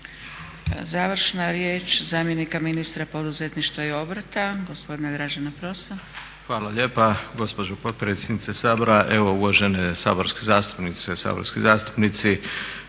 Završna riječ zamjenika ministra poduzetništva i obrta gospodina Dražena Prosa. **Pros, Dražen** Hvala lijepa gospođo potpredsjednice Sabora. Evo uvažene saborske zastupnice, saborski zastupnici